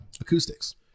acoustics